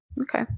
okay